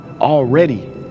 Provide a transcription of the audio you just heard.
already